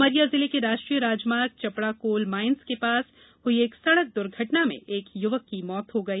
उमरिया जिले के राष्ट्रीय राजमार्ग चपड़ा कोल माइन्स के पास हुई एक सड़क दुर्घटना में एक युवक की मौत हो गई